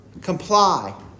comply